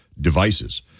devices